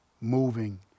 moving